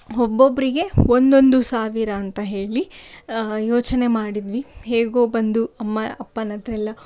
ಒಬ್ಬೊಬ್ಬರಿಗೆ ಒಂದೊಂದು ಸಾವಿರ ಅಂತ ಹೇಳಿ ಯೋಚನೆ ಮಾಡಿದ್ವಿ ಹೇಗೋ ಬಂದು ಅಮ್ಮ ಅಪ್ಪನಹತ್ರ ಎಲ್ಲ